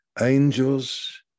Angels